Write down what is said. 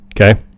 okay